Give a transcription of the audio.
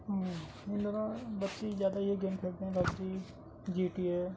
ان دنوں بچے زیادہ یہ گیم کھیلتے ہیں پپ جی جی ٹی اے